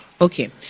Okay